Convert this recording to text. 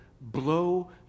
blow